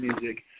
music